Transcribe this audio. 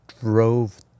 drove